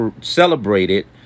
celebrated